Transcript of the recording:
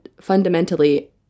fundamentally